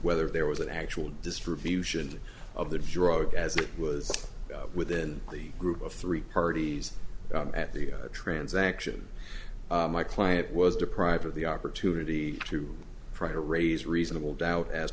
whether there was an actual distribution of the drug as it was within the group of three parties at the transaction my client was deprived of the opportunity to try to raise reasonable doubt as